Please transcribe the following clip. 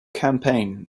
campaign